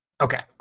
Okay